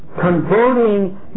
converting